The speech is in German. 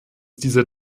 dieser